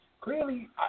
clearly